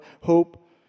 hope